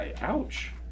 ouch